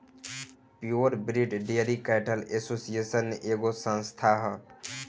pure breed dairy cattle association एगो संस्था ह